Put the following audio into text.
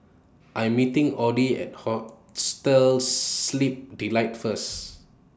I'm meeting Audie At Hostel Sleep Delight First